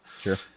sure